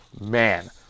man